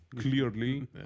clearly